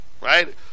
right